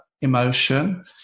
emotion